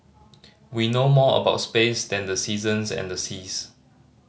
we know more about space than the seasons and the seas